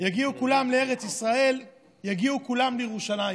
יגיעו כולם לארץ ישראל, יגיעו כולם לירושלים.